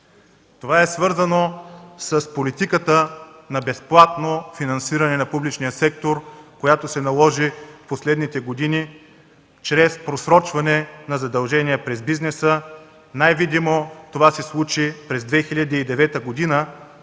Това е свързано с политиката на безплатно финансиране на публичния сектор, която се наложи в последните години чрез просрочване на задължения пред бизнеса. Най видимо това се случи през 2009 г.